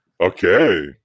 Okay